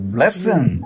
Blessing